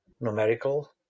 numerical